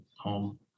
home